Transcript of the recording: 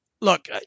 look